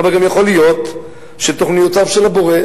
אבל גם יכול להיות שתוכניותיו של הבורא,